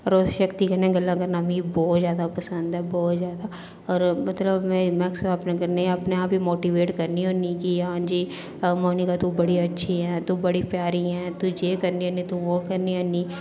उस शक्ति कन्नै गल्ला करना मिगी बहुत ज्यादा पसंद ऐ बहुत ज्यादा होर मतलब में मैक्सीमम अपने कन्नै अपने आप गी मोटीवेट करनी होन्नी कि हां जी मोनिका तू बड़ी अच्छी ऐ तू बड़ी प्यारी ऐ तू जे करनी होन्नी तू बो करनी होन्नी